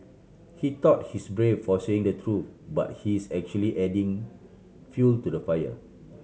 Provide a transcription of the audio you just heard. he thought he's brave for saying the truth but he's actually adding fuel to the fire